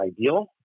ideal